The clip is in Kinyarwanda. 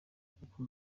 kuko